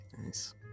Nice